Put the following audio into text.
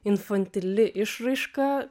infantili išraiška